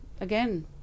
again